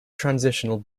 transitional